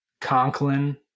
Conklin